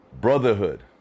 Brotherhood